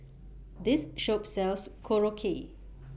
This Shop sells Korokke